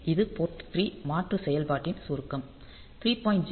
இது போர்ட் 3 மாற்று செயல்பாட்டின் சுருக்கம் 3